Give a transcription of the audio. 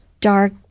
dark